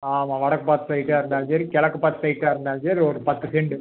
ஆமாம் வடக்கு பார்த்த சைட்டாக இருந்தாலும் சரி கெழக்க பார்த்த சைட்டாக இருந்தாலும் சரி ஒரு பத்து செண்ட்டு